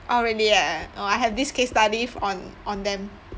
orh really ah orh I have this case study on on them